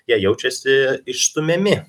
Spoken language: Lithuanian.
jie jaučiasi išstumiami